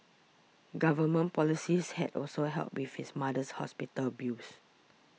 government policies had also helped with his mother's hospital bills